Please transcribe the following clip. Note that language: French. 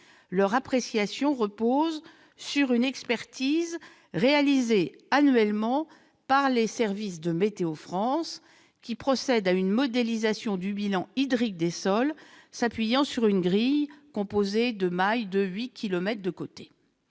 Leur appréciation repose sur une expertise réalisée chaque année par les services de Météo France, qui procèdent à une modélisation du bilan hydrique des sols en s'appuyant sur une grille composée de mailles de huit